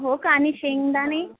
हो का आणि शेंगदाणे